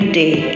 day